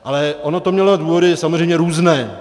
Ale ono to mělo důvody samozřejmě různé.